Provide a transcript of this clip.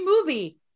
movie